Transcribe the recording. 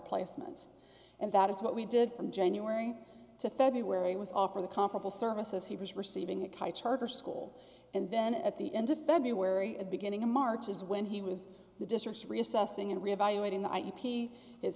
placements and that is what we did from january to february was offer the comparable services he was receiving a kite charter school and then at the end of february beginning of march is when he was the district's reassessing and reevaluating the